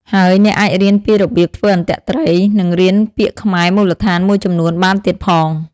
ហើយអ្នកអាចរៀនពីរបៀបធ្វើអន្ទាក់ត្រី និងរៀនពាក្យខ្មែរមូលដ្ឋានមួយចំនួនបានទៀតផង។